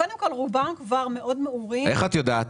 קודם כול, רובם כבר מאוד מעורים -- איך את יודעת?